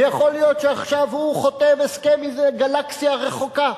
ויכול להיות שעכשיו הוא חותם הסכם עם איזה גלקסיה רחוקה.